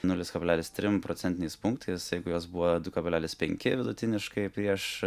nulis kableslis trim procentiniais punktais jeigu jos buvo du kablelis penki vidutiniškai prieš